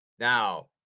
Now